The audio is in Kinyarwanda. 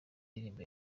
indirimbo